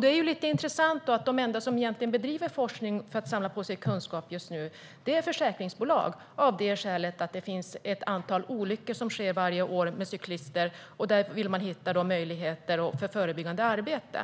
Det är då lite intressant att de enda som egentligen bedriver forskning och samlar på sig kunskaper just nu är försäkringsbolag. Skälet är att det sker ett antal olyckor varje år med cyklister och att de vill hitta möjligheter till förebyggande arbete.